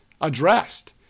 addressed